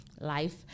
life